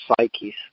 psyches